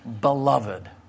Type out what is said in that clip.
beloved